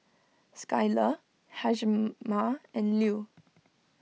Skylar Hjalmar and Lew